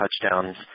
touchdowns